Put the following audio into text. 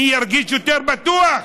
אני ארגיש יותר בטוח,